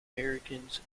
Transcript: americans